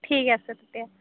ঠিক আছে তেতিয়া